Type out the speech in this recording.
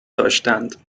داشتند